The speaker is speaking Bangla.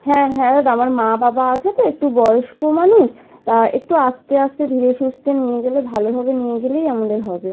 হ্যাঁ হ্যাঁ দাদা আমার মা বাবা আছে তো একটু বয়স্ক মানুষ তা একটু আস্তে আস্তে ধীরে সুস্তে নিয়ে গেলে ভালোভাবে নিয়ে গেলেই আমাদের হবে